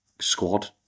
squad